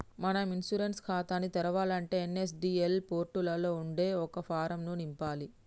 మనం ఇన్సూరెన్స్ ఖాతాని తెరవాలంటే ఎన్.ఎస్.డి.ఎల్ పోర్టులలో ఉండే ఒక ఫారం ను నింపాలి